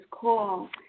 call